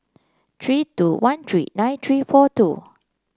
three two one three nine three four two